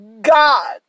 God